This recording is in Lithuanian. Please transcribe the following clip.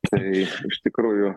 tai iš tikrųjų